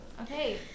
Okay